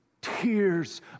Tears